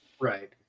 Right